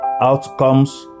outcomes